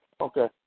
Okay